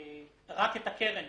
את הקרן,